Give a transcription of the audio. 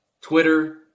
Twitter